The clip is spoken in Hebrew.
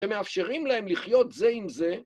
הם מאפשרים להם לחיות זה עם זה.